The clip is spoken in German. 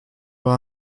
war